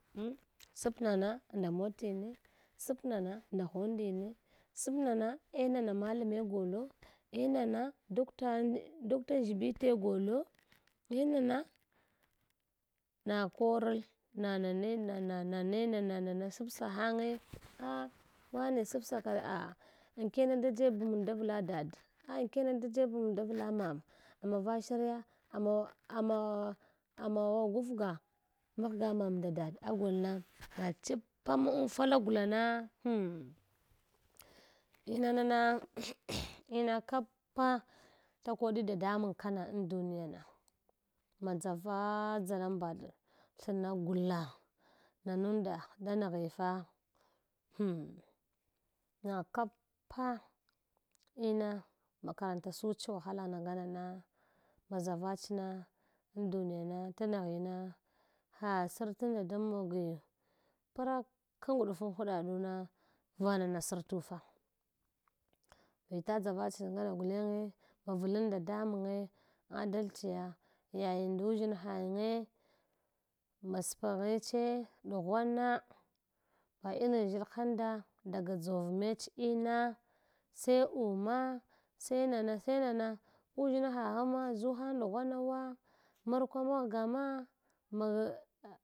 sap nana nda motine, sap nana nda handine sap nana eh nana madame golo eh nana doktand dakta ʒshibitiye golo eh nana na korl na nane na na nane nana na sapsa hange ah wane sapsaka aha enkene da jebmang davla dad ah ankene da yeb mang davla mam amava sharya amawa ama amam gurga maghiya mam nda dad agolna na chapamo anfala gulana hum iba na na ina kapa takaɗi dadamang kana an duniyana madʒava dʒalambaɗa thna gula nanunda da naghi fa hmin na kapa ina makaranta such ivahalana ngama na maʒavach na tan duniyana tamghina ha santunda da mogi paraka ngudfum huɗaɗuna vanana sartu fa vita dʒaratse ngama gulange mavlan dadamange adalciya yaying nduʒshinhayinge ma spanghiche ɗughwana ba inlan ʒshilanda daga dʒor mech ina tse uma tse nana seh nana uʒshinhaghma ʒuhang digwanawa markwa kaghga magan.